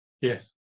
Yes